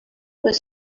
was